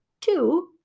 Two